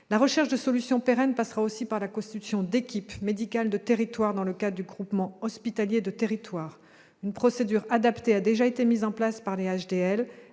La recherche de solutions pérennes passera aussi par la constitution d'équipes médicales de territoire dans le cadre du groupement hospitalier de territoire. Une procédure adaptée a déjà été mise en place par les